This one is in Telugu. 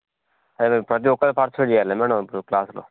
అదే ప్రతి ఒక్కరూ పార్టిసిపేట్ చేయాలా మేడం ఇప్పుడు క్లాస్లో